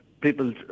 people